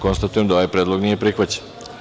Konstatujem da ovaj predlog nije prihvaćen.